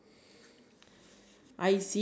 the your vocab